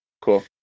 Cool